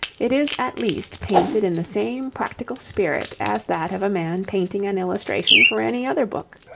it is at least painted in the same practical spirit as that of a man painting an illustration for any other book.